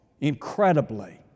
incredibly